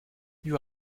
you